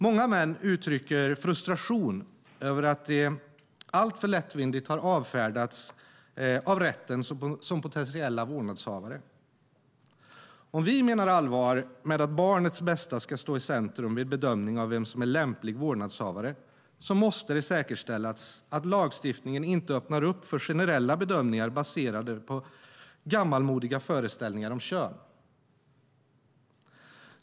Många män uttrycker frustration över att de alltför lättvindigt har avfärdats av rätten som potentiella vårdnadshavare. Om vi menar allvar med att barnets bästa ska stå i centrum vid bedömning av vem som är lämplig vårdnadshavare måste det säkerställas att lagstiftningen inte öppnar för generella bedömningar baserade på gammalmodiga föreställningar om kön.